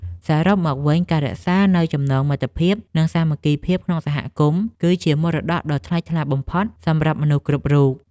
សរុបមកវិញ ការរក្សានូវចំណងមិត្តភាព និងសាមគ្គីភាពក្នុងសហគមន៍ គឺជាមរតកដ៏ថ្លៃថ្លាបំផុតសម្រាប់មនុស្សគ្រប់រូប។